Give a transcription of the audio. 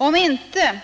Om inte